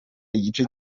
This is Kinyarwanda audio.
igice